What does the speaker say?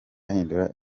ahindura